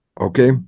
okay